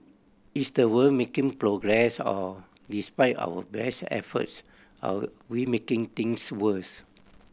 is the world making progress or despite our best efforts are we making things worse